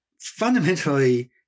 fundamentally